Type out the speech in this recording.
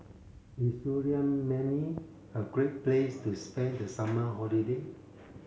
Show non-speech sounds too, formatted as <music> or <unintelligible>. is <unintelligible> a great place to spend the summer holiday